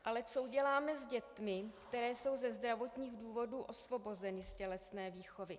Ale co uděláme s dětmi, které jsou ze zdravotních důvodů osvobozeny z tělesné výchovy?